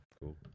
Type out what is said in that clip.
Cool